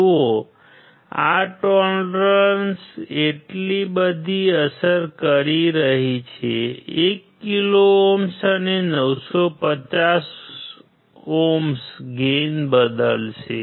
જુઓ આ ટોલરન્સ એટલી બધી અસર કરી રહી છે 1 કિલો ઓહ્મ અને 950 ઓહ્મ ગેઇન બદલશે